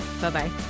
Bye-bye